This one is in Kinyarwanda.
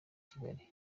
kigali